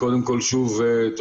שוב,